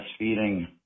breastfeeding